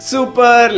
Super